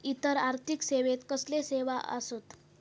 इतर आर्थिक सेवेत कसले सेवा आसत?